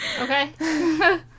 Okay